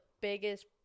biggest